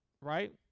Right